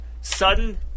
Sudden